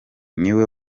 niwe